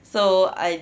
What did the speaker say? so I